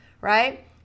right